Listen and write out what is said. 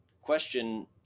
question